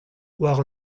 war